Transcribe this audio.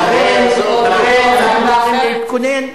טרור זה טרור, לא יעזור לכם.